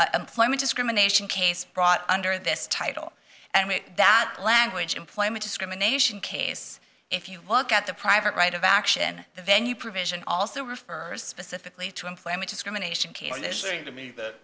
a employment discrimination case brought under this title and that language employment discrimination case if you look at the private right of action the venue provision also refers specifically to employment discrimination